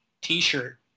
t-shirt